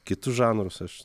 kitus žanrus aš